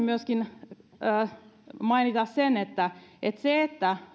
myöskin mainita sen että